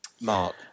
mark